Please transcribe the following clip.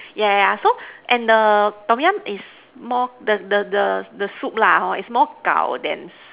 yeah yeah so and the Tom-Yum is more the the the the soup lah is more gao than sw~